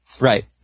Right